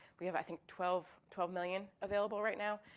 we have, i think, twelve twelve million available right now.